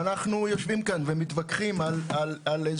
ואנחנו יושבים כאן ומתווכחים על איזה